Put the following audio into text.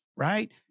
Right